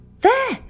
There